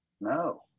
No